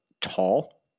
tall